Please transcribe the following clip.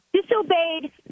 disobeyed